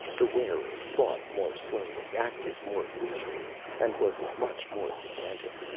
the wearer thought more slowly, acted more leisurely, and was much more contented.